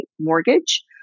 mortgage